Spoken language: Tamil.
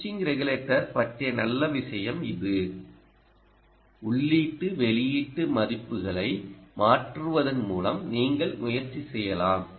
ஸ்விட்சிங் ரெகுலேட்டர் பற்றிய நல்ல விஷயம் இது உள்ளீட்டு வெளியீட்டு மதிப்புகளை மாற்றுவதன் மூலம் நீங்கள் முயற்சி செய்யலாம்